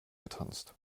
getanzt